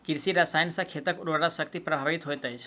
कृषि रसायन सॅ खेतक उर्वरा शक्ति प्रभावित होइत अछि